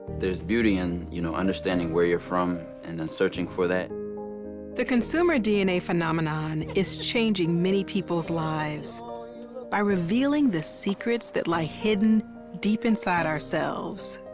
there's beauty in, you know, understanding where you're from, and then searching for that. narrator the consumer dna phenomenon is changing many people's lives by revealing the secrets that lie hidden deep inside ourselves.